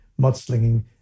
mudslinging